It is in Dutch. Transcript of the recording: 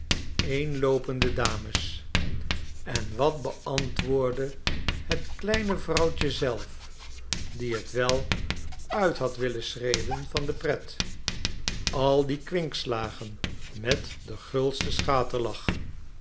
eenloopende dames en wat beantwoordde het kleine vrouwtje zelf diehet wel uit had willen schreeuwen van depret al die kwinkslagen met den gulsten schaterlach